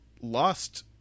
lost